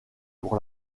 pour